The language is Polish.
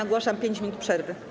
Ogłaszam 5 minut przerwy.